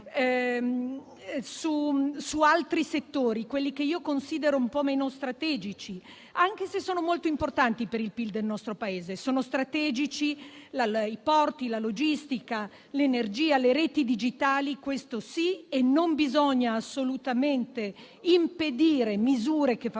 su altri settori, quelli che io considero un po' meno strategici, anche se sono molto importanti per il PIL del nostro Paese. Sono strategici i porti, la logistica, l'energia, le reti digitali - questo sì - e non bisogna assolutamente impedire misure che favoriscano